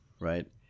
right